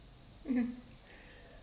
mmhmm